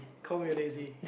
call me lazy